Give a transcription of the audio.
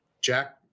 Jack